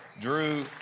drew